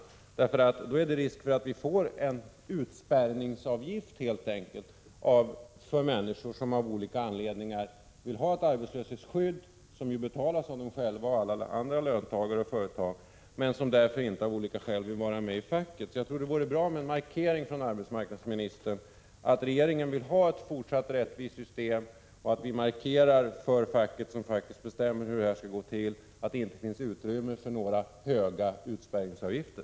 Då är det risk för att vi helt enkelt får en utspärrningsavgift för människor som av olika anledningar vill ha ett arbetslöshetsskydd, som ju betalas av dem själva och av alla andra löntagare och företag, men som för den skull av olika skäl inte vill vara med i facket. Det vore bra med en markering från arbetsmarknadsministern att regeringen vill ha ett fortsatt rättvist system, och att vi markerar till facket, som faktiskt bestämmer hur detta skall gå till, att det inte finns utrymme för några höga utspärrningsavgifter.